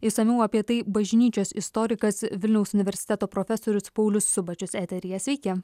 išsamiau apie tai bažnyčios istorikas vilniaus universiteto profesorius paulius subačius eteryje sveiki